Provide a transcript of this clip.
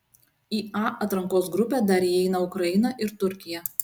į a atrankos grupę dar įeina ukraina ir turkija